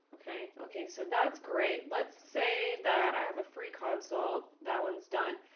ok? ok, so that's great. let's say that i have a free console. that one's done,